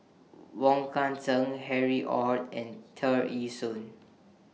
Wong Kan Seng Harry ORD and Tear Ee Soon